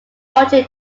origin